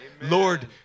Lord